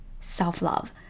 self-love